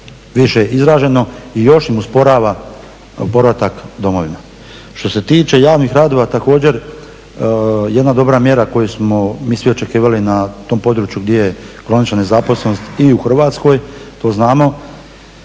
više izraženo, i još im usporava povratak domovima. Što se tiče javnih radova također jedna dobra mjera koju smo mi svi očekivali na tom području gdje je kronična nezaposlenost i u Hrvatskoj, to znamo,